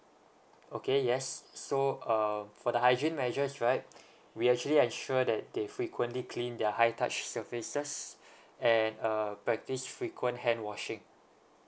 okay yes so um for the hygiene measures right we actually ensure that they frequently clean their high touch surfaces and uh practise frequent hand washing